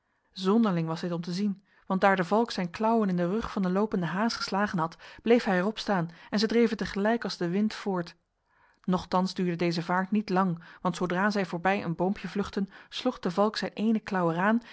zonderling was dit om zien want daar de valk zijn klauwen in de rug van de lopende haas geslagen had bleef hij erop staan en zij dreven tegelijk als de wind voort nochtans duurde deze vaart niet lang want zodra zij voorbij een boompje vluchtten sloeg de valk zijn ene klauw eraan